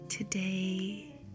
Today